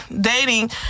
dating